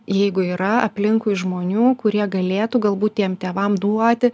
jeigu yra aplinkui žmonių kurie galėtų galbūt tiem tėvam duoti